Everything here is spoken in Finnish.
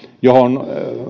johon